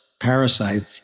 parasites